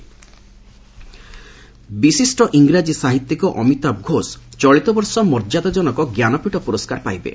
Jnanpith award ବିଶିଷ୍ଟ ଇଂରାଜୀ ସାହିତ୍ୟିକ ଅମିତାଭ ଘୋଷ ଚଳିତବର୍ଷ ମର୍ଯ୍ୟାଦାଜନକ ଜ୍ଞାନପୀଠ ପୁରସ୍କାର ପାଇବେ